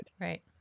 Right